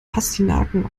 pastinaken